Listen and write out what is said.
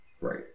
Right